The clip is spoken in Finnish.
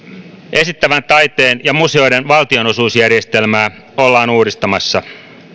esittävän taiteen ja museoiden valtionosuusjärjestelmää ollaan uudistamassa